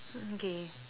okay